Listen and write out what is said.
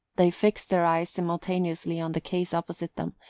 they fixed their eyes simultaneously on the case opposite them,